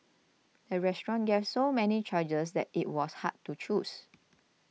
the restaurant gave so many charges that it was hard to choose